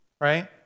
right